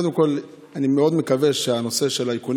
קודם כול אני מאוד מקווה שהנושא של איכוני